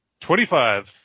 Twenty-five